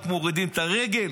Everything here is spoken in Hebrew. רק מורידים את הרגל